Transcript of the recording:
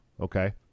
Okay